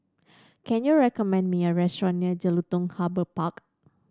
can you recommend me a restaurant near Jelutung Harbour Park